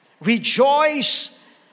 Rejoice